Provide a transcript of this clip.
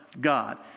God